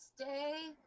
stay